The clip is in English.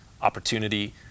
opportunity